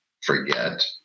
Forget